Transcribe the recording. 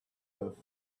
earth